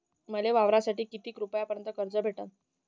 मले वावरासाठी किती रुपयापर्यंत कर्ज भेटन?